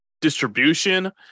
distribution